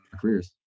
careers